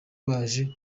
baje